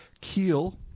Keel